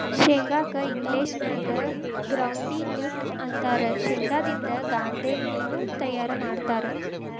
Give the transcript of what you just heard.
ಶೇಂಗಾ ಕ್ಕ ಇಂಗ್ಲೇಷನ್ಯಾಗ ಗ್ರೌಂಡ್ವಿ ನ್ಯೂಟ್ಟ ಅಂತಾರ, ಶೇಂಗಾದಿಂದ ಗಾಂದೇಣ್ಣಿನು ತಯಾರ್ ಮಾಡ್ತಾರ